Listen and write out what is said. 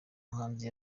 muhanzi